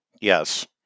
Yes